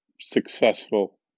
successful